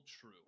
true